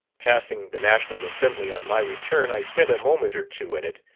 passing the national assembly on my return, i spent a moment or two in it.